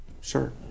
sure